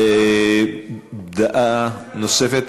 דעה נוספת?